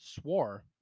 swore